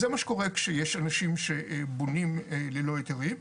זה מה שקורה כאשר יש אנשים שבונים ללא היתרים.